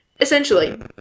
Essentially